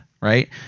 Right